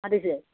মাতিছে